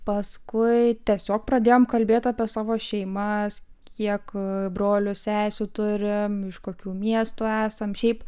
paskui tiesiog pradėjom kalbėt apie savo šeimas kiek brolių sesių turim iš kokių miestų esam šiaip